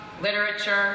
literature